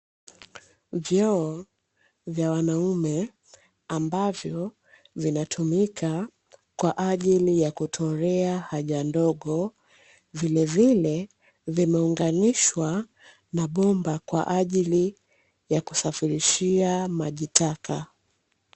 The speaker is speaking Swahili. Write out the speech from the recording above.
Vyoo vya wanaume ambavyo vinatumika kwa ajili ya kutolea haja ndogo, vilevile vimeunganishwa na bomba kwa ajili ya kusafirishia maji taka.